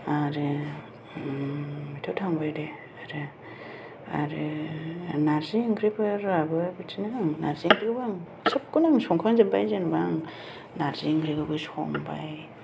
आरो बेथ' थांबाय दे आरो नारजि ओंख्रिफोराबो बिदिनो नारजि ओंख्रिखौबो आं सबखौनो आं संखां जोब्बाय जेनेबा नारजि ओंख्रिखौबो संबाय